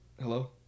Hello